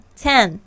ten